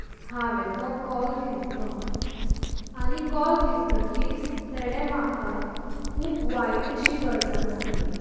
हांवें तो कॉल घेतलो आनी कॉल घेतकीच ताणी म्हाका खूब वायट अशीं गजाल सांगली